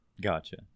Gotcha